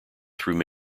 through